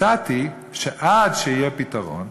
הצעתי שעד שיהיה פתרון,